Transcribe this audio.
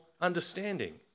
understanding